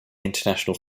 international